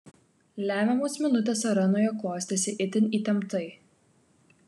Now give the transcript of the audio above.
lemiamos minutės arenoje klostėsi itin įtemptai